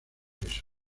peso